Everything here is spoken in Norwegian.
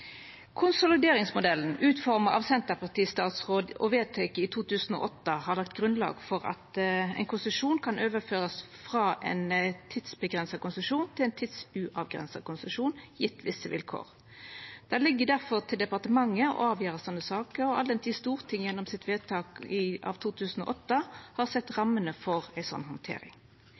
Konsolideringsmodellen, utforma av ein Senterparti-statsråd og vedteken i 2008, har lagt grunnlag for at ein konsesjon kan overførast frå ein tidsavgrensa konsesjon til ein tidsuavgrensa konsesjon gjeve visse vilkår. Det ligg difor til departementet å avgjera slike saker, all den tid Stortinget gjennom sitt vedtak i 2008 har sett rammene for ei slik handtering.